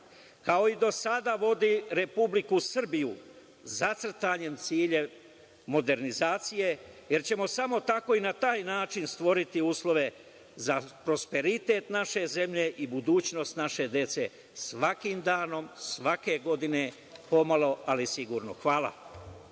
kao i do sada vodi Republiku Srbiju zacrtanim ciljem modernizacije, jer ćemo samo tako i na taj način stvoriti uslove za prosperitet naše zemlje i budućnost naše dece, svakim danom, svake godine, pomalo, ali sigurno. Hvala.